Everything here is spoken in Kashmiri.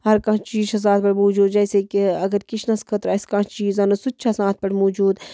ہر کانٛہہ چیٖز چھُ آسان اَتھ پٮ۪ٹھ موٗجوٗد جیسے کہِ اگر کچنس خٲطرٕ آسہِ کانٛہہ چیٖز اَنُن سُہ تہِ چھُ آسان اَتھ پٮ۪ٹھ موٗجوٗد